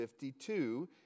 52